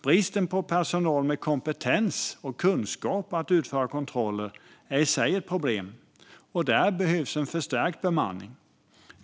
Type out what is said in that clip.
Bristen på personal med kompetens och kunskap att utföra kontroller är i sig ett problem. Det behövs förstärkt bemanning.